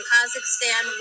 Kazakhstan